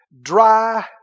dry